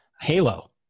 Halo